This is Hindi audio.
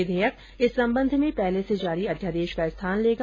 विधेयक इस संबंध में पहले से जारी अध्यादेश का स्थान लेगा